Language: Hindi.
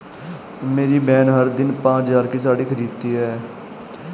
मेरी बहन हर दिन पांच हज़ार की साड़ी खरीदती है